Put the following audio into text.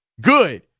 Good